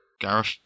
Gareth